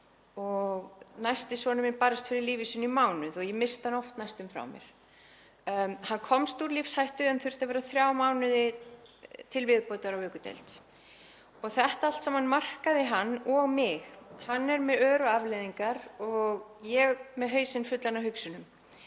og hinn sonur minn barðist fyrir lífi sínu í mánuð og ég missti hann oft næstum frá mér. Hann komst úr lífshættu en þurfti að vera þrjá mánuði til viðbótar á vökudeild. Þetta allt saman markaði hann og mig, hann er með ör og afleiðingar og ég með hausinn fullan af hugsunum.